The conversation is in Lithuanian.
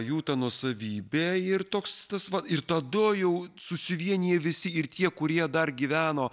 jų ta nuosavybė ir toks tas va ir tada jau susivienija visi ir tie kurie dar gyveno